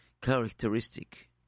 characteristic